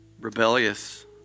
rebellious